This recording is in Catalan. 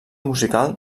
musical